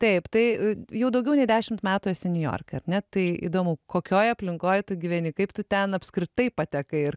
taip tai jau daugiau nei dešimt metų esi niujorke ar ne tai įdomu kokioj aplinkoje tu gyveni kaip tu ten apskritai patekai ir